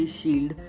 shield